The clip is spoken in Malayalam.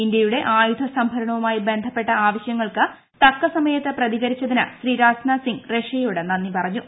ഇന്ത്യയുടെ ആയുധ സംഭരണവുമായി ബന്ധപ്പെട്ട ആവശ്യങ്ങളോട് തക്കസമയത്ത് പ്രതികരിച്ചതിന് ശ്രീ രാജ്നാഥ്സിംഗ് റഷ്യയോട് നന്ദിപറഞ്ഞു